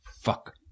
Fuck